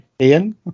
Ian